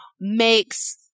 makes